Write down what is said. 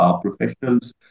professionals